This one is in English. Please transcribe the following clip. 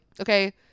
Okay